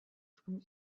from